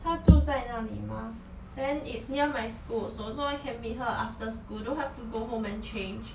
她住在那里吗 then it's near my school so so I can meet her after school don't have to go home and change